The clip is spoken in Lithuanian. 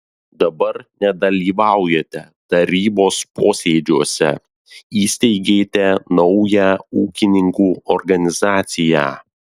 dabar nedalyvaujate tarybos posėdžiuose įsteigėte naują ūkininkų organizaciją